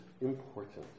important